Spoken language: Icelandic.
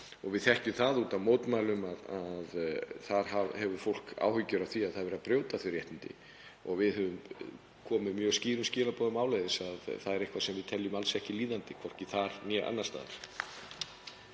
við þekkjum það út af mótmælum að þar hefur fólk áhyggjur af því að verið sé að brjóta þau réttindi. Við höfum komið mjög skýrum skilaboðum áleiðis um að það sé eitthvað sem við líðum alls ekki, hvorki þar né annars staðar.